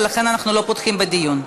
ולכן אנחנו לא פותחים בדיון.